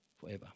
forever